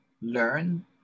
learn